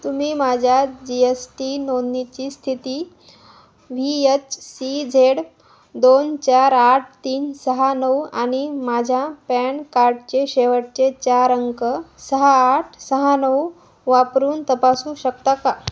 तुम्ही माझ्या G S T नोंदणीची स्थिती व्ही एच सी झेड दोन चार आठ तीन सहा नऊ आणि माझ्या पॅन कार्डचे शेवटचे चार अंक सहा आठ सहा नऊ वापरून तपासू शकता का